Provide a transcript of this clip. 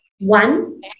One